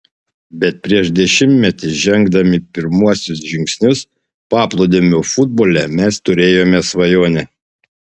bet prieš dešimtmetį žengdami pirmuosius žingsnius paplūdimio futbole mes turėjome svajonę